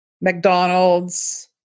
McDonald's